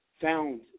found